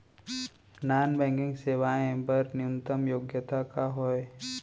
Non banking सेवाएं बर न्यूनतम योग्यता का हावे?